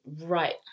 right